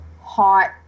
hot